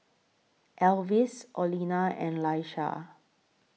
Alvis Orlena and Laisha